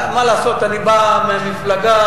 הוא אמר את הדברים בלשון הכי פשוטה והכי